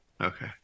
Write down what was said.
Okay